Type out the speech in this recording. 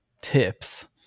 Tips